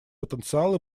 потенциал